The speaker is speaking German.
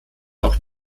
auch